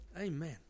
amen